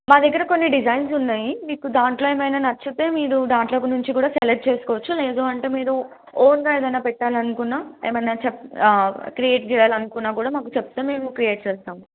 మా దగ్గర కొన్ని డిజైన్స్ ఉన్నాయి మీకు దాంట్లో ఏమైనా నచ్చితే మీరు దాంట్లోంచి కూడా సెలెక్ట్ చేసుకోవచ్చు లేదు అంటే మీరు ఓన్గా ఏదైనా పెట్టాలనుకున్నా ఏమైనా చెప్ ఆ క్రియేట్ చేయాలనుకున్నా కూడా మాకు చెప్తే మేము క్రియేట్ చేస్తాము